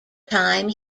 time